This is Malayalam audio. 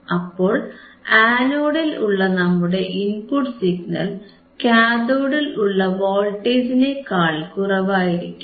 അപ്പോൾ ആനോഡിൽ ഉള്ള നമ്മുടെ ഇൻപുട്ട് സിഗ്നൽ കാഥോഡിൽ ഉള്ള വോൾട്ടേജിനേക്കാൾ കുറവായിരിക്കും